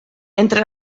entre